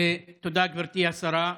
תודה, גברתי השרה.